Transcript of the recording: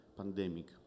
pandemic